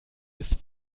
ist